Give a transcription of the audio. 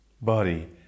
body